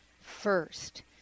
first